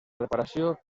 reparació